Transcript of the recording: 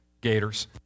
Gators